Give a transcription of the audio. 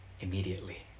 immediately